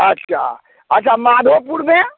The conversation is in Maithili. अच्छा अच्छा माधोपुरमे